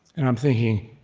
and i'm thinking,